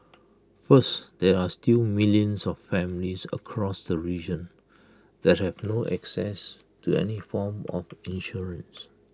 first there are still millions of families across the region that have no access to any form of insurance